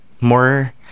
more